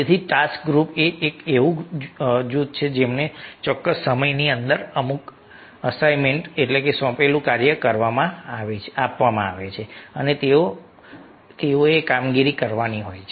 તેથી task group એ એવા જૂથો છે જેમને ચોક્કસ સમયની અંદર અમુક અસાઇનમેન્ટસોંપેલું કામ આપવામાં આવે છે અને તેઓએ કામગીરી કરવાની હોય છે